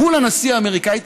מול הנשיא האמריקני,